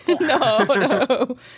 No